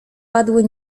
padły